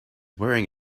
wearing